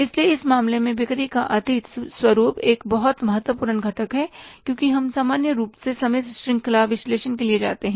इसलिए इस मामले में बिक्री का अतीत स्वरूप एक बहुत महत्वपूर्ण घटक है क्योंकि हम सामान्य रूप से समय श्रृंखला विश्लेषण के लिए जाते हैं